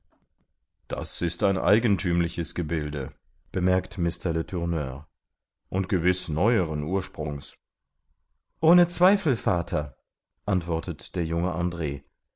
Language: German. das ist ein eigenthümliches gebilde bemerkt mr letourneur und gewiß neueren ursprungs ohne zweifel vater antwortet der junge andr